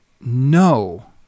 no